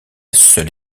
seule